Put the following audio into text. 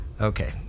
okay